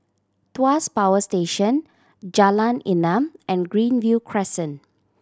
Tuas Power Station Jalan Enam and Greenview Crescent